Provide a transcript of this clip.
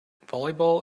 volleyball